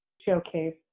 showcase